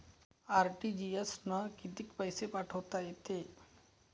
RTGS न कितीक पैसे पाठवता येते?